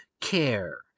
care